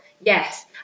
Yes